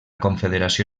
confederació